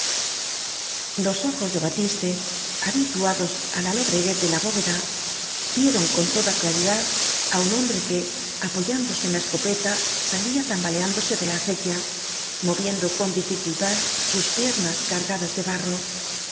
los ojos de batiste habituados á la lobre guez de la bóveda vieron con toda claridad á un hombre que apoyándose en la escopeta sa lía tambaleándosé de la acequia moviendo con dificultad sus piernas cargadas de barro